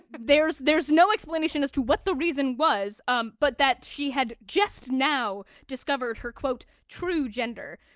there's there's no explanation as to what the reason was, um but that she had just now discovered her quote, true gender.